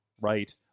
right